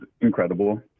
incredible